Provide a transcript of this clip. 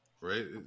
Right